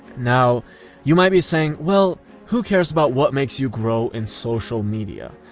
now you might be saying, well, who cares about what makes you grow in social media?